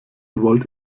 wollt